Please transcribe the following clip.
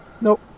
Nope